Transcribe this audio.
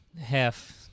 half